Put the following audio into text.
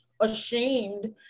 ashamed